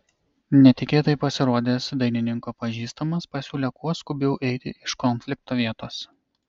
netikėtai pasirodęs dainininko pažįstamas pasiūlė kuo skubiau eiti iš konflikto vietos